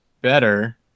better